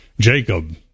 Jacob